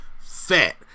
fat